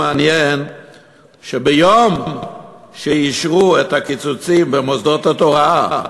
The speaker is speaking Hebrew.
מעניין שביום שאישרו את הקיצוצים במוסדות התורה,